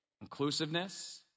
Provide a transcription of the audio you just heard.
inclusiveness